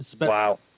Wow